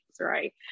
right